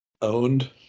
owned